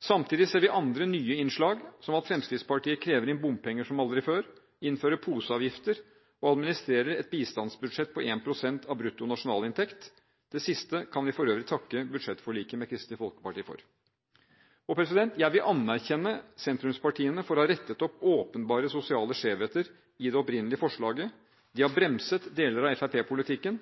Samtidig ser vi andre nye innslag, som at Fremskrittspartiet krever inn bompenger som aldri før, innfører poseavgifter og administrerer et bistandsbudsjett på 1 pst. av bruttonasjonalinntekt. Det siste kan vi for øvrig takke budsjettforliket med Kristelig Folkeparti for. Jeg vil anerkjenne sentrumspartiene for å ha rettet opp åpenbare sosiale skjevheter i det opprinnelige forslaget, de har bremset deler av